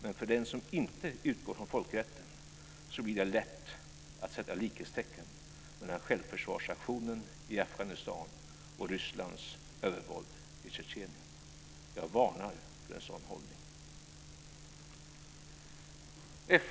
Men för den som inte utgår från folkrätten blir det lätt att sätta likhetstecken mellan självförsvarsaktionen i Afghanistan och Rysslands övervåld i Tjetjenien. Jag varnar för en sådan hållning.